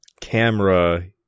camera